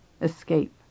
escape